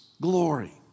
glory